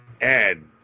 Ed